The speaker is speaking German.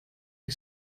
die